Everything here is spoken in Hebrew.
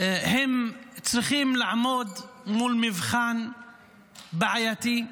הם צריכים לעמוד מול מבחן בעייתי,